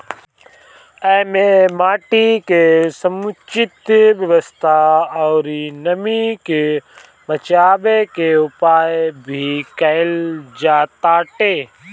एमे माटी के समुचित व्यवस्था अउरी नमी के बाचावे के उपाय भी कईल जाताटे